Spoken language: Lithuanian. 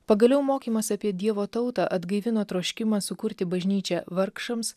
pagaliau mokymas apie dievo tautą atgaivino troškimą sukurti bažnyčia vargšams